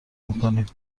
میکنیم